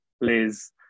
Liz